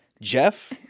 Jeff